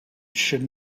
should